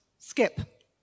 Skip